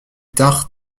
tard